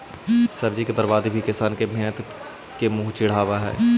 सब्जी के बर्बादी भी किसान के मेहनत के मुँह चिढ़ावऽ हइ